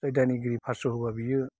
बे दायनिगिरि फास्स होबा बियो